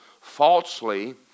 falsely